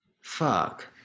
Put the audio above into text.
Fuck